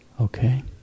Okay